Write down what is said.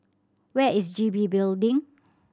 where is G B Building